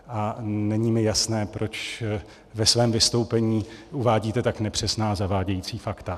A není mi jasné, proč ve svém vystoupení uvádíte tak nepřesná, zavádějící fakta.